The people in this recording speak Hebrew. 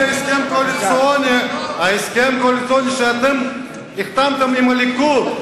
ההסכם הקואליציוני שאתם החתמתם עם הליכוד.